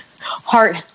heart